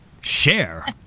Share